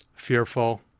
fearful